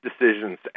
decisions